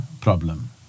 problem